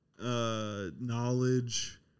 knowledge